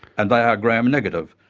and they are gram-negative.